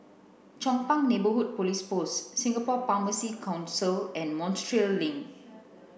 Chong Pang Neighbourhood Police Post Singapore Pharmacy Council and Montreal Link